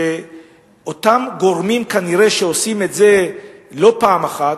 שאותם גורמים כנראה שעושים את זה לא פעם אחת,